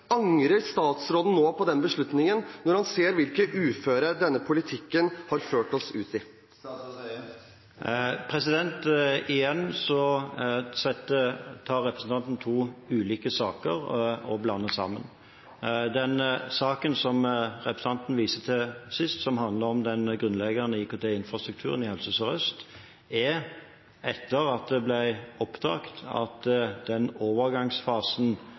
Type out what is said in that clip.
Angrer statsråden nå på den beslutningen når han ser hvilket uføre denne politikken har ført oss ut i? Igjen blander representanten sammen to ulike saker. Den saken som representanten viste til sist, som handlet om den grunnleggende IKT-infrastrukturen i Helse Sør-Øst, er etter at det ble oppdaget at en i den overgangsfasen